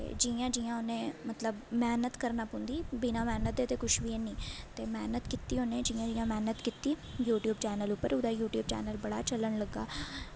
ते जियां जियां उन्नै मतलब मैह्नत करना पौंदी बिना मैह्नत दे ते कुछ बी ऐनी ते मैह्नत कीती उ'नें जियां जियां मैह्नत कीती यूट्यूब चैनल उप्पर ओह्दा यूट्यूब चैनल बड़ा चलन लग्गा